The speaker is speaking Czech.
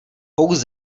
pouze